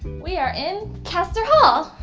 we are in castor hall.